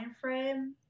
frame